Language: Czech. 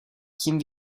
tím